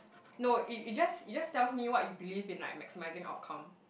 no it it just it just tells me what you believe in like maximizing outcome